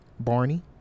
Barney